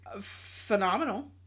phenomenal